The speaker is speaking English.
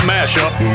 Mashup